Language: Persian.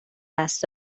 دست